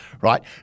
right